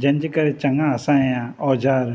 जंहिं जे करे चङा असां जा औज़ार